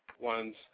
one's